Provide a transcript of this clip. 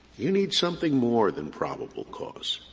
you need something more than probable cause?